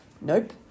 Nope